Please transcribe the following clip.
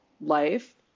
life